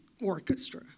orchestra